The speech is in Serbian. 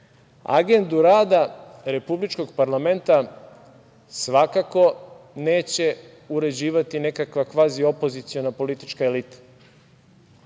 rada republičkog parlamenta svakako neće uređivati nekakva kvaziopoziciona politička elita.